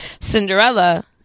Cinderella